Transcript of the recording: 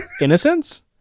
innocence